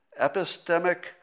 epistemic